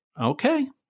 Okay